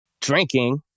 drinking